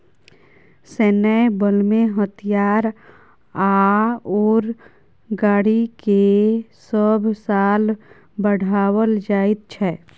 सैन्य बलमें हथियार आओर गाड़ीकेँ सभ साल बढ़ाओल जाइत छै